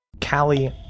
Callie